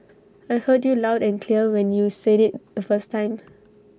I heard you loud and clear when you said IT the first time